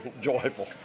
joyful